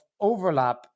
overlap